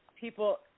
people